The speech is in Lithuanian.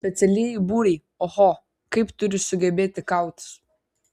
specialieji būriai oho kaip turi sugebėti kautis